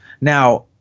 Now